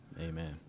Amen